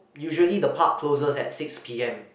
usually the park closes at six P_M